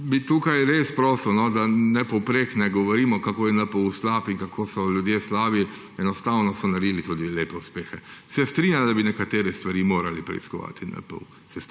Bi tukaj prosil, da ne govorimo povprek, kako je NPU slab in kako so ljudje slabi. Enostavno so naredili tudi lepe uspehe. Se strinjam, da bi nekatere stvari moral preiskovati NPU,